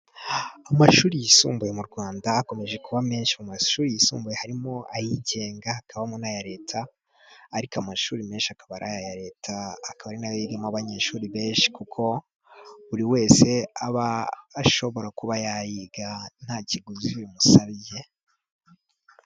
Amashuri yisumbuye mu Rwanda akomeje kuba menshi, mu mashuri yisumbuye harimo ayigenga, hakamo n'aya leta, ariko amashuri menshi akaba ari aya leta akaba ari nayo arimo abanyeshuri benshi, kuko buri wese aba ashobora kuba yayiga nta kiguzi bimusabye.